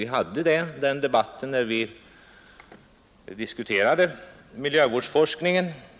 Vi hade den debatten när vi diskuterade miljövårdsforskningen.